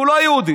שהוא לא יהודי.